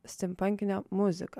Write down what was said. stimpankinę muziką